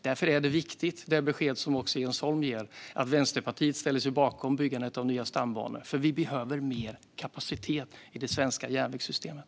Därför är det viktigt, det besked som också Jens Holm ger, att Vänsterpartiet ställer sig bakom byggandet av nya stambanor, för vi behöver mer kapacitet i det svenska järnvägssystemet.